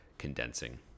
condensing